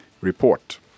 report